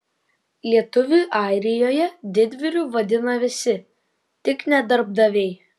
lietuvį airijoje didvyriu vadina visi tik ne darbdaviai